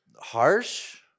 harsh